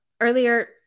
earlier